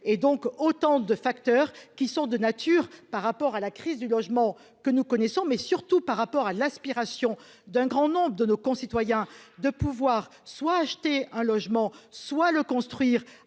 et donc autant de facteurs qui sont de nature par rapport à la crise du logement que nous connaissons mais surtout par rapport à l'aspiration d'un grand nombre de nos concitoyens de pouvoir soit acheter un logement, soit le construire